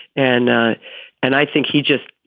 and and i think he just